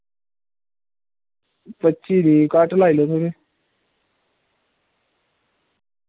पच्ची दी घट्ट लाइ लाओ थोह्ड़े